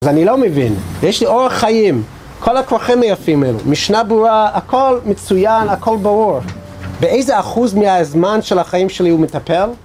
אז אני לא מבין, יש לי אורח חיים, כל הפרחים היפים אלו, משנה ברורה, הכל מצוין, הכל ברור באיזה אחוז מהזמן של החיים שלי הוא מטפל?